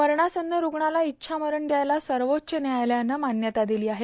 मरणासन्न रूग्णाला इच्छा मरण द्यायला सर्वोच्च न्यायालयानं मान्यता दिली आहे